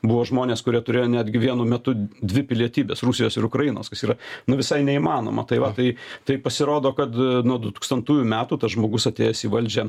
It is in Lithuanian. buvo žmonės kurie turėjo netgi vienu metu dvi pilietybes rusijos ir ukrainos kas yra nu visai neįmanoma tai va tai tai pasirodo kad nuo du tūkstantųjų metų tas žmogus atėjęs į valdžią